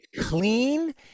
clean